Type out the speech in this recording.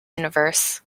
universe